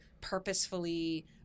purposefully